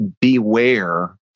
beware